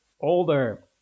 older